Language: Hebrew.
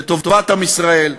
לטובת עם ישראל,